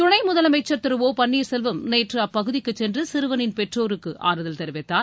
துணை முதலமைச்சர் திரு ஓ பள்ளீர்செல்வம் நேற்று அப்பகுதிக்குச் சென்று சிறுவனின் பெற்றோருக்கு ஆறுதல் தெரிவித்தார்